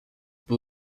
peut